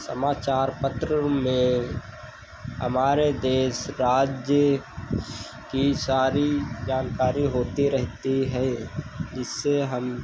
समाचार पत्र में हमारे देश राज्य की सारी जानकारी होती रहती है जिससे हम